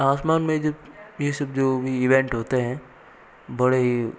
आसमान में जब ये सब जो भी इवेंट होते हैं बड़े ही